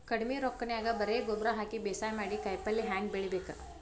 ಕಡಿಮಿ ರೊಕ್ಕನ್ಯಾಗ ಬರೇ ಗೊಬ್ಬರ ಹಾಕಿ ಬೇಸಾಯ ಮಾಡಿ, ಕಾಯಿಪಲ್ಯ ಹ್ಯಾಂಗ್ ಬೆಳಿಬೇಕ್?